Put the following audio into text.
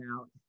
out